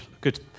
good